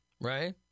Right